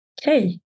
Okay